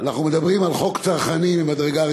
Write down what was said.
עוברים להצעת החוק הבאה: